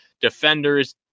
defenders